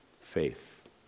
Faith